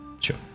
sure